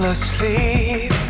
asleep